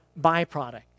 byproduct